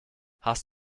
hast